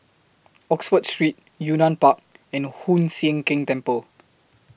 Oxford Street Yunnan Park and Hoon Sian Keng Temple